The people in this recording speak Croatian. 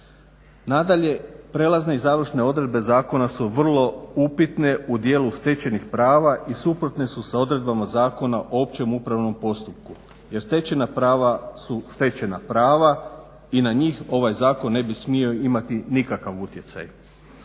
Nadalje prijelazne i završne odredbe zakona su vrlo upitne u djelu stečenih prava i suprotne su s odredbama Zakona o općem upravnom postupku jer stečena prava su stečena prava i na njih ovaj zakon ne bi smio imati nikakav utjecaj.